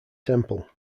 temple